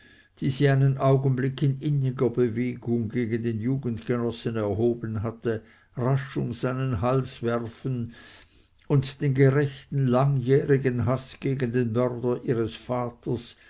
sie einen augenblick in inniger bewegung gegen den jugendgenossen erhoben hatte rasch um seinen hals werfen und den gerechten langjährigen haß gegen den mörder ihres vaters